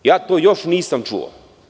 Ja to još nisam čuo.